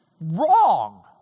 wrong